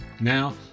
Now